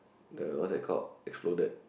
the what's that called exploded